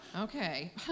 Okay